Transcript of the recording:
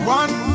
one